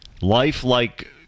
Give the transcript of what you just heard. lifelike